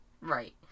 Right